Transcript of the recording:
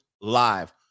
live